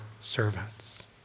servants